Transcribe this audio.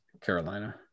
Carolina